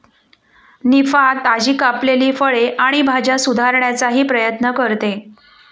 निफा, ताजी कापलेली फळे आणि भाज्या सुधारण्याचाही प्रयत्न करते